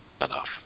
enough